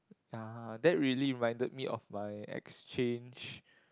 uh that really reminded me of my exchange